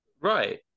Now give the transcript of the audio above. Right